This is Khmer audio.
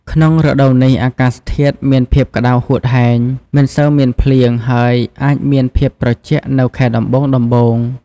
ក្នុងរដូវនេះអាកាសធាតុមានភាពក្តៅហួតហែង មិនសូវមានភ្លៀង ហើយអាចមានភាពត្រជាក់នៅខែដំបូងៗ។